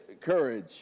courage